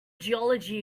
geology